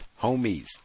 homies